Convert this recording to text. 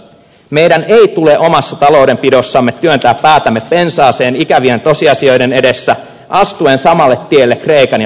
meidän ei tule omassa taloudenpidossamme työntää päätämme pensaaseen ikävien tosiasioiden edessä astuen samalle tielle kreikan ja portugalin kanssa